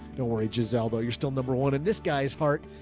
don't worry. jyzelle though. you're still number one in this guys, art,